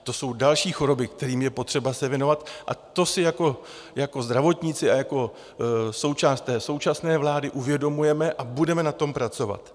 To jsou další choroby, kterým je potřeba se věnovat, a to si jako zdravotníci a součást té současné vlády uvědomujeme a budeme na tom pracovat.